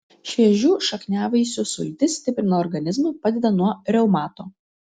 šviežių šakniavaisių sultys stiprina organizmą padeda nuo reumato